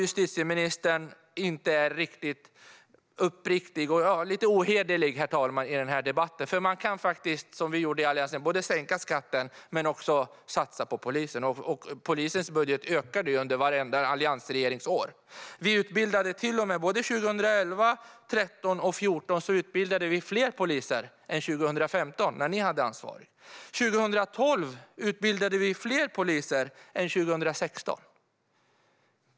Justitieministern är lite ohederlig i denna debatt. Man kan faktiskt, som Alliansen, både sänka skatten och satsa på polisen. Polisens budget ökade ju vartenda år med alliansregeringen. År 2011, 2013 och 2014 utbildade vi fler poliser än 2015 när ni hade ansvaret. År 2012 utbildade vi fler poliser än 2016.